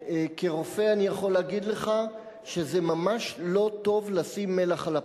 וכרופא אני יכול להגיד לך שזה ממש לא טוב לשים מלח על הפצעים,